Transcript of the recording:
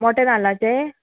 मोटे नाल्लाचे